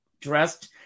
dressed